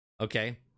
Okay